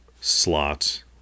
slot